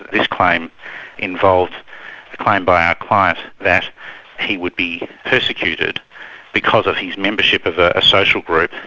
this claim involved a claim by our client that he would be persecuted because of his membership of ah a social group,